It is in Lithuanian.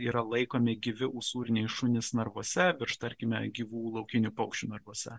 yra laikomi gyvi usūriniai šunys narvuose virš tarkime gyvų laukinių paukščių narvuose